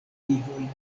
vivojn